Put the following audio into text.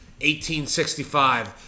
1865